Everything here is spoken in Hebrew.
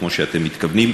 כמו שאתם מתכוונים.